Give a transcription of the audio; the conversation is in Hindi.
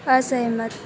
असहमत